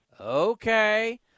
Okay